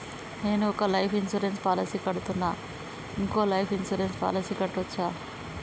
నేను ఒక life insurance policy కడ్తున్నా, ఇంకో లైఫ్ ఇన్సూరెన్స్ పాలసీ కట్టొచ్చా?